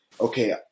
okay